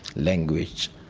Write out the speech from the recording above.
language,